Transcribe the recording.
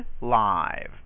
live